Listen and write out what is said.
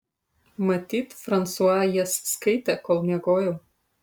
matyt fransua jas skaitė kol miegojau